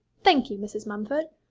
thank you, mrs. mumford.